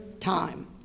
Time